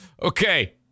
Okay